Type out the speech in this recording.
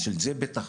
אז של זה בטח